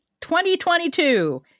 2022